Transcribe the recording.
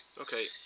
Okay